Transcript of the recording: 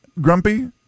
grumpy